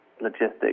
logistics